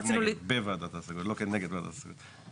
בוועדת השגות, לא כנגד ועדת השגות.